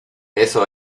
eso